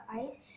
eyes